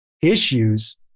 issues